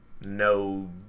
No